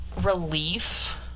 relief